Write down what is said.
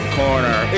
corner